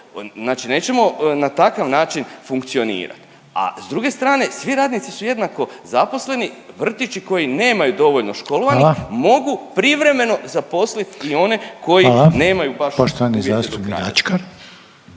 Znači nećemo na takav način funkcionirati, a s druge strane svi radnici su jednako zaposleni. Vrtići koji nemaju dovoljno školovanih … …/Upadica Reiner: Hvala./… … mogu privremeno zaposliti i one koji nemaju baš uvjete do kraja.